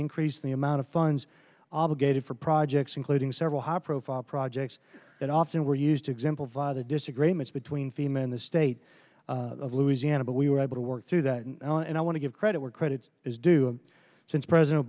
increase the amount of funds obligated for projects including several high profile projects that often were used example via the disagreements between fema in the state of louisiana but we were able to work through that and i want to give credit where credit is due since president